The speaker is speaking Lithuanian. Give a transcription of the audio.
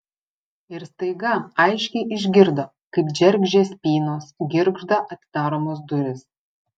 ir staiga aiškiai išgirdo kaip džeržgia spynos girgžda atidaromos durys